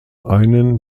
einen